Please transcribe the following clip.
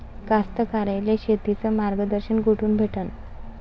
कास्तकाराइले शेतीचं मार्गदर्शन कुठून भेटन?